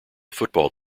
football